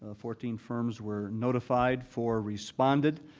ah fourteen firms were notified, four responded.